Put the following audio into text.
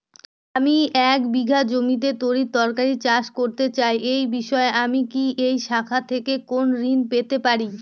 আমি এক বিঘা জমিতে তরিতরকারি চাষ করতে চাই এই বিষয়ে আমি কি এই শাখা থেকে কোন ঋণ পেতে পারি?